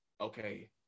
okay